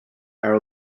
are